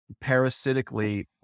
parasitically